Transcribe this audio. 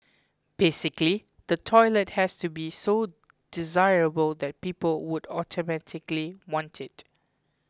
basically the toilet has to be so desirable that people would automatically want it